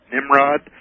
Nimrod